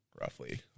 roughly